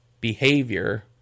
behavior